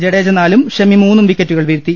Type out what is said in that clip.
ജഡേജ നാലും ഷമി മൂന്നും വിക്കറ്റുകൾ വീഴ്ത്തി